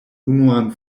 unuan